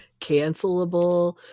cancelable